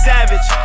Savage